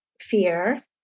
fear